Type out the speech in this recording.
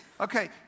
Okay